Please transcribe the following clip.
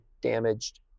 damaged